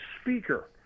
speaker